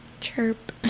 chirp